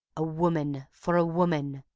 a woman for a woman,